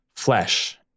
flesh